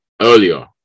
earlier